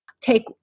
take